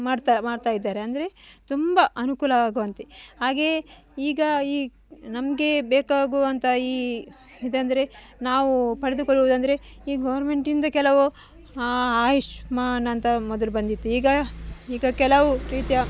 ಮಾಡ್ತಾ ಮಾಡ್ತಾ ಇದ್ದಾರೆ ಅಂದರೆ ತುಂಬ ಅನುಕೂಲ ಆಗುವಂತೆ ಹಾಗೆ ಈಗ ಈ ನಮಗೆ ಬೇಕಾಗುವಂಥ ಈ ಇದಂದರೆ ನಾವು ಪಡೆದುಕೊಳ್ಳುವುದಂದರೆ ಈ ಗೌರ್ಮೆಂಟಿಂದ ಕೆಲವು ಆಯುಷ್ಮಾನ್ ಅಂತ ಮೊದಲು ಬಂದಿತ್ತು ಈಗ ಈಗ ಕೆಲವು ರೀತಿಯ